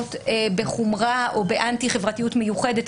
מאופיינות בחומרה או באנטי חברתיות מיוחדת,